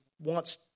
wants